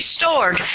restored